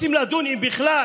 רוצים לדון אם בכלל